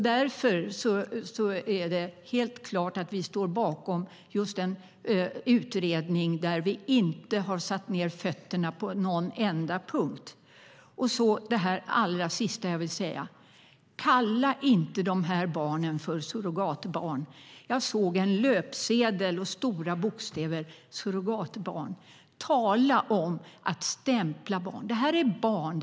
Därför är det helt klart att vi står bakom just en utredning där vi inte har satt ned fötterna på någon enda punkt. Så kommer jag till det sista jag vill säga: Kalla inte de här barnen för surrogatbarn! Jag såg en löpsedel där ordet "surrogatbarn" stod med stora bokstäver. Tala om att stämpla barn! Det här handlar om barn.